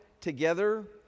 together